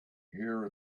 here